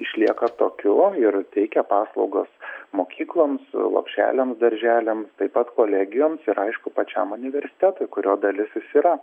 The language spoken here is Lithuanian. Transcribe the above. išlieka tokiu ir teikia paslaugas mokykloms lopšeliams darželiams taip pat kolegijoms ir aišku pačiam universitetui kurio dalis jis yra